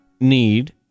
need